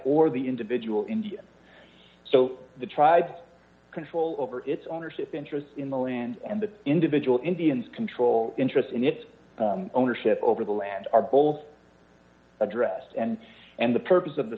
or the individual in so the tribe control over its ownership interests in the land and the individual indians control interest in its ownership over the land are bolz addressed and and the purpose of the